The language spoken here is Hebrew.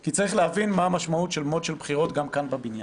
כי צריך להבין מה המשמעות של mode של בחירות גם כאן בבניין.